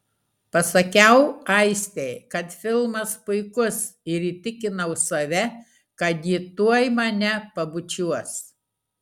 pasakiau aistei kad filmas puikus ir įtikinau save kad ji tuoj mane pabučiuos